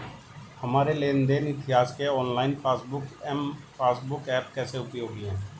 हमारे लेन देन इतिहास के online passbook M passbook app कैसे उपयोगी है?